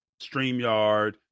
StreamYard